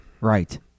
Right